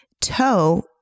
Toe